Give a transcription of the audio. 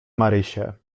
marysię